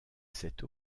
cette